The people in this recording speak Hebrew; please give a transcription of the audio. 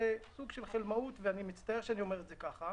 זה סוג של חלמאות ואני מצטער שאני אומר את זה כך,